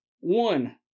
one